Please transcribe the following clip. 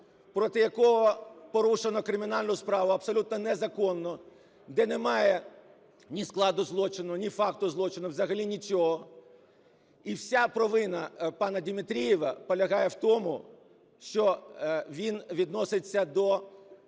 проти якого порушено кримінальну справу, абсолютно незаконну, де немає ні складу злочину, ні факту злочину, взагалі нічого. І вся провина пана Димитрієва полягає в тому, що він відноситься до